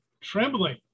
trembling